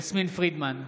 יסמין פרידמן,